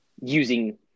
using